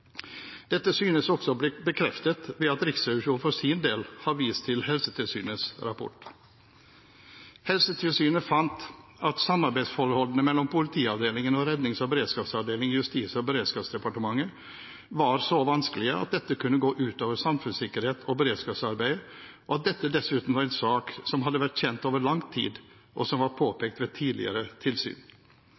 Dette synes også å bli bekreftet ved at Riksrevisjonen for sin del har vist til Helsetilsynets rapport. Helsetilsynet fant at samarbeidsforholdene mellom Politiavdelingen og Rednings- og beredskapsavdelingen i Justis- og beredskapsdepartementet var så vanskelige at dette kunne gå ut over samfunnssikkerhets- og beredskapsarbeidet, og at dette dessuten var en sak som hadde vært kjent over lang tid, og som var påpekt ved tidligere tilsyn.